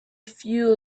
few